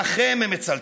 לכם הם מצלצלים.